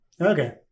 okay